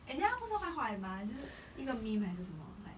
as in 他不是坏坏嘛就是一个 meme 还是什么 like